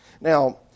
now